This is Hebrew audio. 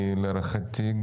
להערכתי,